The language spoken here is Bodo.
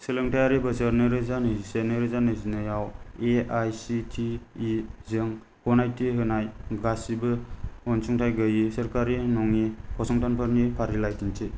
सोलोंथायारि बोसोर नैरोजा नैजिसे नैरोजा नैजिनैआव A I C T E जों गनायथि होजानाय गासैबो अनसुंथाइ गोयै सोरखारि नङै फसंथानफोरनि फारिलाइ दिन्थि